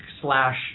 slash